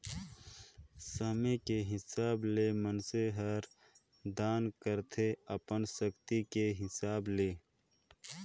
समे के हिसाब ले मइनसे हर दान करथे अपन सक्ति के हिसाब ले